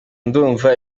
ndumva